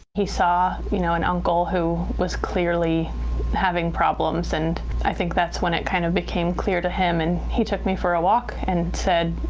he saw, you know, an uncle who was clearly having problems. and i think that's when it kind of became clear to him and he took me for a walk and said,